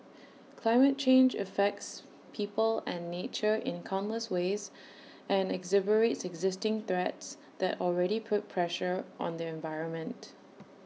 climate change affects people and nature in countless ways and exacerbates existing threats that already put pressure on the environment